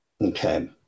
okay